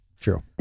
True